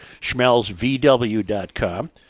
SchmelzVW.com